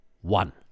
one